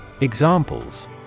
Examples